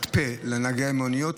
את פה לנהגי המוניות,